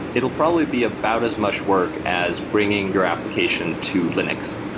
it'll probably be about as much work as bringing your application to linux.